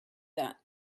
that